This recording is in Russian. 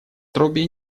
труби